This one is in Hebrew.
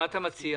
מה אתה מציע?